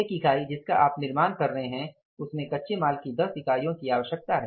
एक इकाई जिसका आप निर्माण कर रहे हैं उसमे कच्चे माल की 10 इकाइयों की आवश्यकता है